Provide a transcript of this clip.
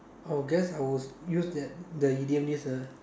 I will guess I will use that the idiom is a